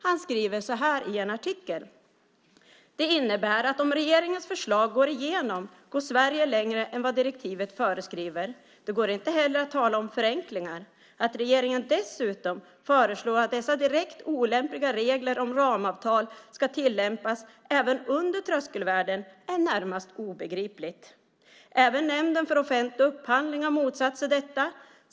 Han skriver så här i en artikel: "Det innebär att om regeringens förslag går igenom går Sverige längre än vad direktivet föreskriver. Det går inte heller att tala om förenklingar. Att regeringen dessutom föreslår att dessa direkt olämpliga regler om ramavtal ska tillämpas även under tröskelvärden är närmast obegripligt. Även nämnden för offentlig upphandling har motsatt sig detta.